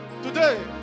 Today